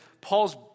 Paul's